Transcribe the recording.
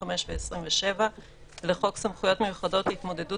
25 ו-27 לחוק סמכויות מיוחדות להתמודדות